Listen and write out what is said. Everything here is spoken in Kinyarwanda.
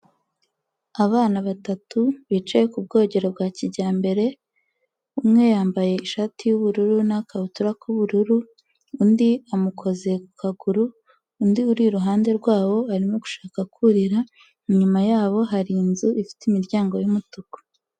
Abana batatu bicaye ku bwogero bwa kijyambere, umwe yambaye ishati y'ubururu n'agakabutura k'ubururu, undi amukoze ku kaguru, undi uri iruhande rwabo arimo gushaka kurira, inyuma yabo hari inzu ifite imiryango y'umutuku.